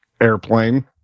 airplane